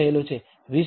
20 ટકા નમૂનાઓ 0